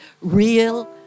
real